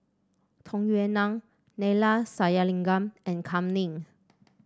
Tung Yue Nang Neila Sathyalingam and Kam Ning